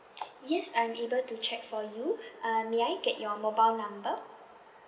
yes I'm able to check for you uh may I get your mobile number